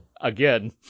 again